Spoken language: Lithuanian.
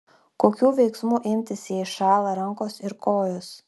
kokių veiksmų imtis jei šąla rankos ir kojos